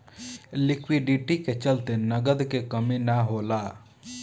liquidity के चलते नगद के कमी ना होला